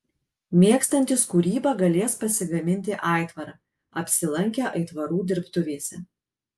mėgstantys kūrybą galės pasigaminti aitvarą apsilankę aitvarų dirbtuvėse